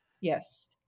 Yes